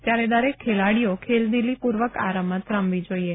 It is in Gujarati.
ત્યારે દરેક ખેલાડીઓ ખેલદીલી પૂર્વક આ રમત રમવી જોઈએ